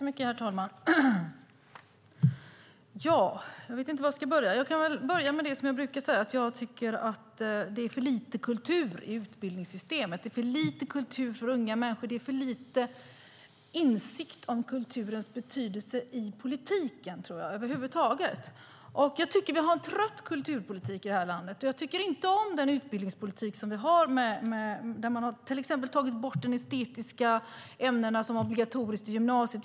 Herr talman! Jag vet inte var jag ska börja. Jag kan väl börja med det som jag brukar säga. Jag tycker att det är för lite kultur i utbildningssystemet. Det är för lite kultur för unga människor. Det är för lite insikt om kulturens betydelse i politiken, tror jag, över huvud taget. Jag tycker att vi har en trött kulturpolitik i det här landet, och jag tycker inte om den utbildningspolitik som vi har där man till exempel har tagit bort de estetiska ämnena som var obligatoriska i gymnasiet.